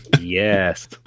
Yes